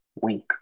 Wink